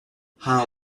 how